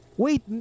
Wait